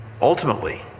Ultimately